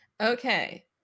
Okay